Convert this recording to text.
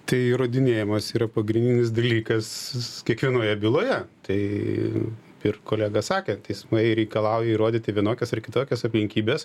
tai įrodinėjimas yra pagrindinis dalykas kiekvienoje byloje tai ir kolega sakė teismai reikalauja įrodyti vienokias ar kitokias aplinkybes